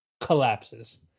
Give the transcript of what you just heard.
collapses